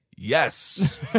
Yes